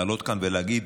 לעלות כאן להגיד: